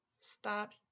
Stop